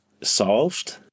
solved